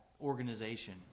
organization